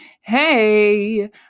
hey